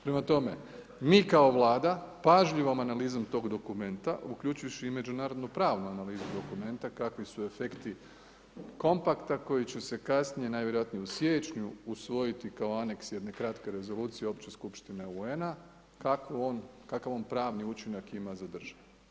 Prema tome, mi kao vlada, pažljivom analizom tog dokumenta uključivši i međunarodno pravnu analizu dokumenta kakvi su efekti kompaktna koji će se kasnije, najvjerojatnije u siječnju usvojiti kao aneks jedne kratke rezolucije opće skupštine UN-a kakav on pravni učinak ima za državu.